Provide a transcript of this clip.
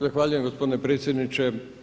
Zahvaljujem gospodine predsjedniče.